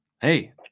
Hey